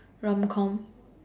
romcom